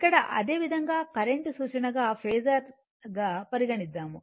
ఇక్కడ అదే విధంగా కరెంట్ సూచన గా ఫేసర్ గా పరిగనిద్దాము